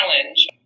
challenge